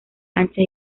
anchas